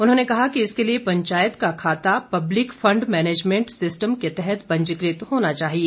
उन्होंने कहा कि इसके लिए पंचायत का खाता पब्लिक फंड मैनेजमेंट सिस्टम के तहत पंजीकृत होना चाहिए